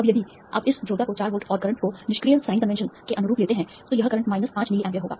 अब यदि आप इस ध्रुवता को 4 वोल्ट और करंट को निष्क्रिय साइन कन्वेंशन के अनुरूप लेते हैं तो यह करंट माइनस 5 मिली एम्पीयर होगा